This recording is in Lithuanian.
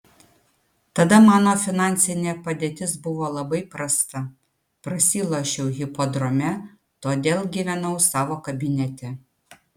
tada mano finansinė padėtis buvo labai prasta prasilošiau hipodrome todėl gyvenau savo kabinete